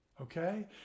okay